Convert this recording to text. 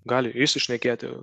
gali išsišnekėti